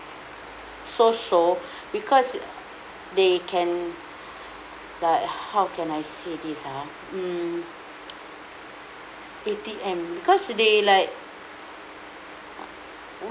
so so because uh they can like how can I say this ah mm A_T_M because they like